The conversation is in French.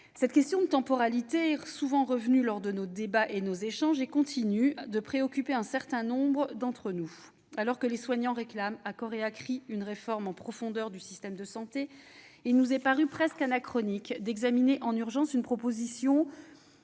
Cette question de temporalité est souvent revenue lors de nos débats et de nos échanges. Elle continue de préoccuper un certain nombre d'entre nous. Alors que les soignants réclament à cor et à cri une réforme en profondeur du système de santé, il nous est apparu presque anachronique d'examiner en urgence une proposition